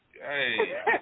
hey